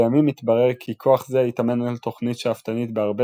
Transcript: לימים התברר כי כוח זה התאמן על תוכנית שאפתנית בהרבה